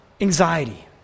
Anxiety